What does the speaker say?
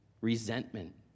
resentment